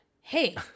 Hey